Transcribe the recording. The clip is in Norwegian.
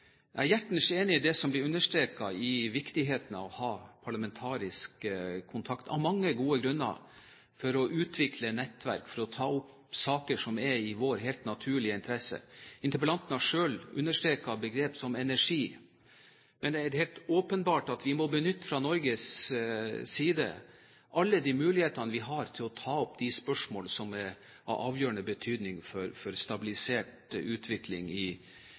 Jeg er hjertens enig i det som blir understreket når det gjelder viktigheten av å ha parlamentarisk kontakt, av mange gode grunner, for å utvikle nettverk, for å ta opp saker som helt naturlig er i vår interesse. Interpellanten har selv understreket begrep som energi. Det er helt åpenbart at vi fra Norges side må benytte alle de mulighetene vi har til å ta opp spørsmål som er av avgjørende betydning for en stabilisert utvikling innenlands og i våre nærområder, enten det går på sikkerhetspolitikk, myndighetsutøvelse i